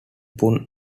pun